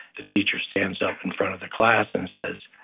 the teacher stands up in front of the class and says,